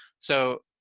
so,